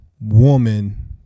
woman